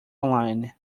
online